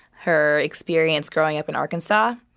her experience growing up in arkansas.